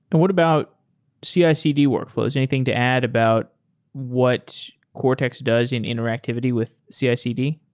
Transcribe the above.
and what about cicd workflows? anything to add about what cortex does in interactivity with cicd?